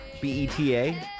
B-E-T-A